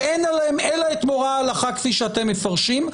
ואין עליהם אלא את מורא ההלכה כפי שאתם מפרשים,